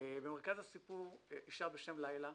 במרכז הסיפור אישה בשם לילה.